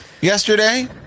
yesterday